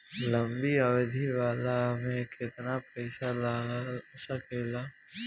लंबी अवधि वाला में केतना पइसा लगा सकिले?